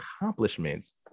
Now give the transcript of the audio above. accomplishments